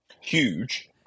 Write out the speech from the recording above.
huge